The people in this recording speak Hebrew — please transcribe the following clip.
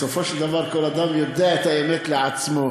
בסופו של דבר כל אדם יודע את האמת לעצמו.